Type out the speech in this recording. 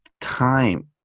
time